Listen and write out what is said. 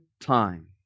time